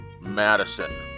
Madison